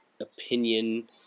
opinion